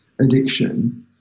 addiction